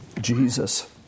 Jesus